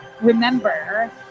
remember